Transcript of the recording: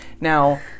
Now